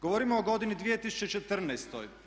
Govorimo o godini 2014.